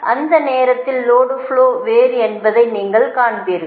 எனவே அந்த நேரத்தில் லோடு ஃப்லோ வேறு என்பதை நீங்கள் காண்பீர்கள்